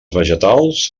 vegetals